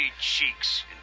cheeks